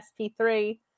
SP3